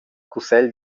cussegl